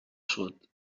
sud